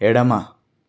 ఎడమ